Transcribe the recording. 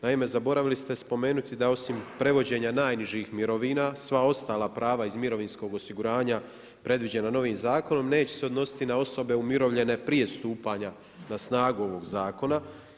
Naime, zaboravili ste spomenuti, da osim predviđanja najnižih mirovina, sva ostala prava iz mirovinskog osiguranja, predviđeno novim zakona, neće se odnositi na osobe umirovljene prije stupanja na snagu ovog zakona.